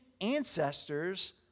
ancestors